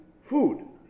food